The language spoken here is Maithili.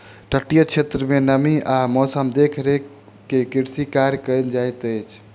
तटीय क्षेत्र में नमी आ मौसम देख के कृषि कार्य कयल जाइत अछि